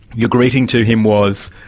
your greeting to him was,